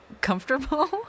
comfortable